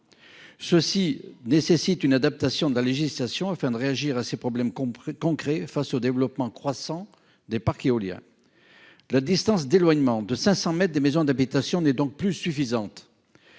qui nécessitent une adaptation de la législation afin de réagir aux problèmes concrets posés par le développement croissant des parcs éoliens. La distance d'éloignement de 500 mètres des zones d'habitation n'est donc plus suffisante.